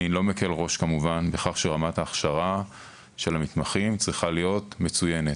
אני לא מקל ראש בכך שרמת ההכשרה של המתמחים צריכה להיות מצוינת.